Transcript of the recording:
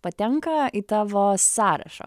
patenka į tavo sąrašą